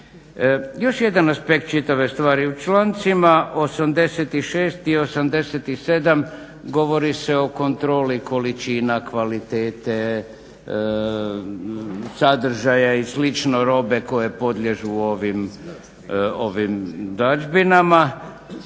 Još jedan aspekt čitave stvari, u člancima 86. i 87. govori se o kontroli, količina, kvalitete sadržaja i slično robe koje podliježu ovim dažbinama.